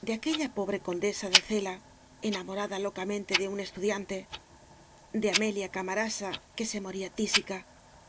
de aquella pobre condesa de cela enamorada locamente de un estudiante de amelia camarasa que se moría tísica